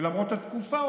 ולמרות התקופה,